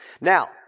Now